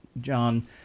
John